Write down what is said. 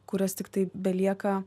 kurias tiktai belieka